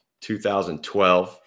2012